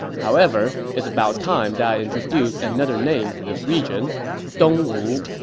however, it's about time that i introduce another name for this region dong wu.